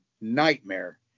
nightmare